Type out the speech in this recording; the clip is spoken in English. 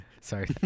Sorry